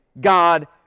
God